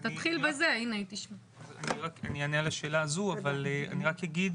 אני אענה על השאלה הזו אבל אני רק אגיד